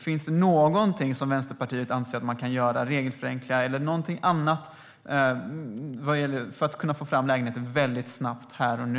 Finns det någonting som Vänsterpartiet anser att man kan göra, regelförenklingar eller annat, för att få fram lägenheter väldigt snabbt här och nu?